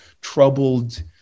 troubled